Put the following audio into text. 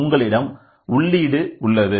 உங்களிடம் உள்ளீடு உள்ளது